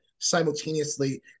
simultaneously